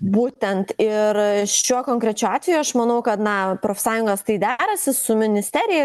būtent ir šiuo konkrečiu atveju aš manau kad na profsąjungos derasi su ministerija